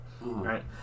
right